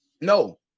No